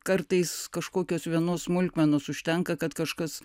kartais kažkokios vienos smulkmenos užtenka kad kažkas